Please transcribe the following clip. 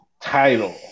title